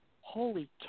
holy